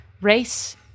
race